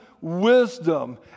wisdom